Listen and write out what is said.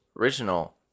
original